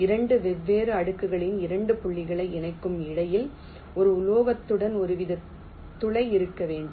2 வெவ்வேறு அடுக்குகளில் 2 புள்ளிகளை இணைக்கும் இடையில் ஒரு உலோகத்துடன் ஒருவித துளை இருக்க வேண்டும்